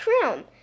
crown